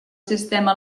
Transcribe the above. sistema